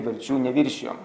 verčių neviršijom